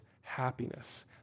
happiness